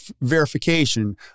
verification